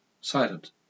Silent